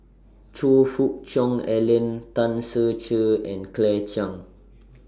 Choe Fook Cheong Alan Tan Ser Cher and Claire Chiang